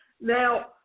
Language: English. Now